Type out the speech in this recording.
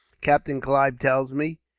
captain clive tells me,